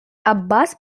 аббас